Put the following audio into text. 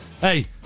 Hey